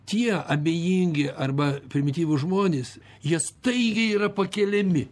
tie abejingi arba primityvūs žmonės jie staigiai yra pakeliami